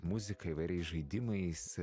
muzika įvairiais žaidimais